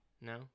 no